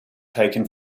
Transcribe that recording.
taken